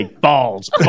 balls